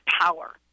power